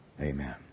Amen